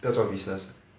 不要做 business ah